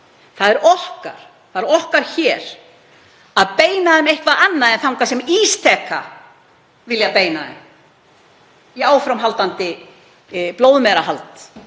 það bætt. Það er okkar hér að beina þeim eitthvert annað en þangað sem Ísteka vill beina þeim, í áframhaldandi blóðmerahald.